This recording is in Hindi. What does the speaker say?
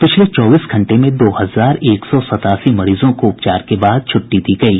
पिछले चौबीस घंटे में दो हजार एक सौ सतासी मरीजों को उपचार के बाद छुट्टी दी गयी